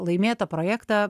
laimėtą projektą